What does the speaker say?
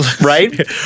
right